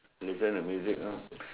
listen to music ah